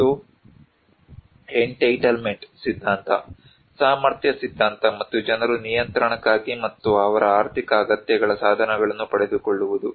ಮತ್ತು ಎಂಟಿಟ್ಲಿಮೆಂಟ್ ಸಿದ್ಧಾಂತ ಸಾಮರ್ಥ್ಯ ಸಿದ್ಧಾಂತ ಮತ್ತು ಜನರು ನಿಯಂತ್ರಣಕ್ಕಾಗಿ ಮತ್ತು ಅವರ ಆರ್ಥಿಕ ಅಗತ್ಯಗಳ ಸಾಧನಗಳನ್ನು ಪಡೆದುಕೊಳ್ಳುವುದು